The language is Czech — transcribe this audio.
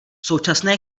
současné